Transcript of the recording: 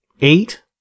Eight